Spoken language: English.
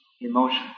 emotion